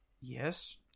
Yes